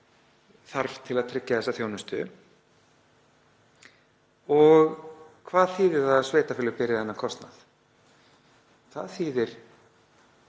þarf til að tryggja þessa þjónustu. Hvað þýðir það að sveitarfélög beri þennan kostnað? Það þýðir